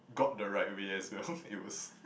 got the right way as well it was